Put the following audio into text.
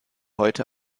heute